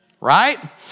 right